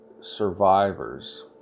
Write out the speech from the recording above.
survivors